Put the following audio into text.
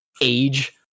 age